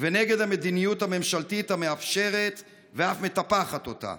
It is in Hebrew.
ונגד המדיניות הממשלתית המאפשרת ואף מטפחת אותה.